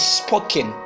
spoken